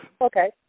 Okay